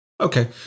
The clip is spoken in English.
Okay